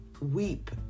weep